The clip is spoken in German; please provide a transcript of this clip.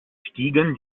stiegen